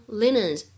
linens